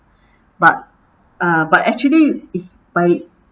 but uh but actually is by